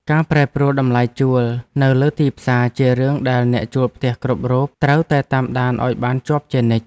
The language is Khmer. ការប្រែប្រួលតម្លៃជួលនៅលើទីផ្សារជារឿងដែលអ្នកជួលផ្ទះគ្រប់រូបត្រូវតែតាមដានឱ្យបានជាប់ជានិច្ច។